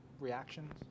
reactions